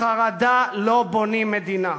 מחרדה לא בונים מדינה.